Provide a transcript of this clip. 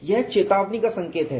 यह चेतावनी का संकेत है